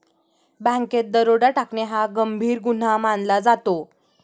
बँकेत दरोडा टाकणे हा गंभीर गुन्हा मानला जातो